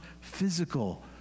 physical